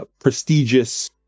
prestigious